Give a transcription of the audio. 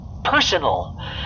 Personal